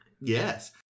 Yes